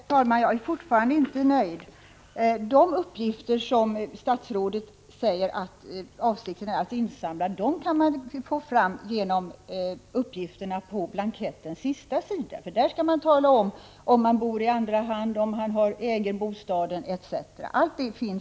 Herr talman! Jag är fortfarande inte nöjd. De uppgifter som statsrådet säger att avsikten är att insamla går att få fram genom uppgifterna på blankettens sista sida. Där skall man nämligen tala om huruvida man bor i andra hand, om man äger bostaden etc. ; allt sådant står där.